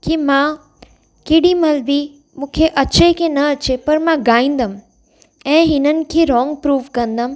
की मां केॾी महिल बि मूंखे अचे की न अचे पर मां गाईंदमि ऐं हिननि खे रॉंग प्रूफ़ कंदमि